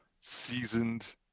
seasoned